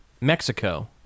Mexico